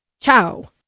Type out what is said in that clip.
ciao